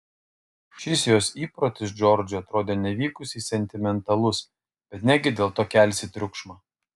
šis jos įprotis džordžui atrodė nevykusiai sentimentalus bet negi dėl to kelsi triukšmą